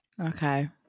Okay